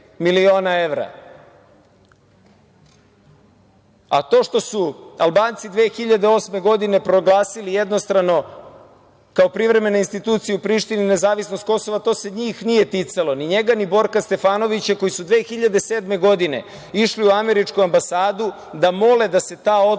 A to što su Albanci 2008. godine proglasili jednostrano, kao privremene institucije u Prištini, nezavisnost Kosova, to se njih nije ticalo, ni njega ni Borka Stefanovića, koji su 2007. godine išli u Američku ambasadu da mole da se ta odluka